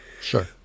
Sure